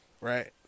right